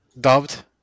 dubbed